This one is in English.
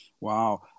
Wow